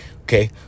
okay